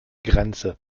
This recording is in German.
grenze